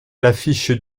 l’affiche